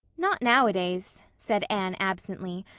not nowadays, said anne, absently,